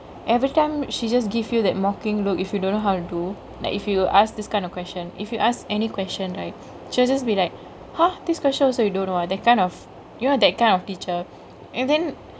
everytime she just give you that mockingk look if you don't know how to do like if you ask this kind of question if you ask any question right she will just be like !huh! this question also you don't know ah that kind of you know that kind of teacher and then